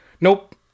nope